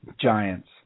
Giants